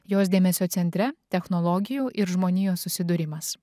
jos dėmesio centre technologijų ir žmonijos susidūrimas